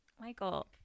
Michael